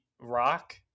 rock